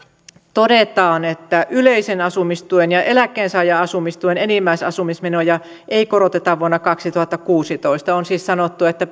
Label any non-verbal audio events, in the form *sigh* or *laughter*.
todetaan että yleisen asumistuen ja eläkkeensaajan asumistuen enimmäisasumismenoja ei koroteta vuonna kaksituhattakuusitoista on siis sanottu että *unintelligible*